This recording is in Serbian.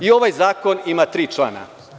I ovaj zakon ima tri člana.